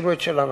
עשינו את שלנו.